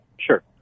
Sure